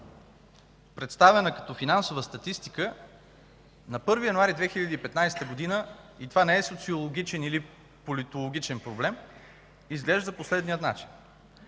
представена като финансова статистика на 1 януари 2015 г. – и това не е социологичен или политологичен проблем – изглежда по следния начин.